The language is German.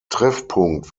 treffpunkt